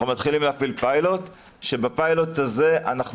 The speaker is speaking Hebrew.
אנחנו מתחילים להפעיל פיילוט כשבפיילוט הזה אנחנו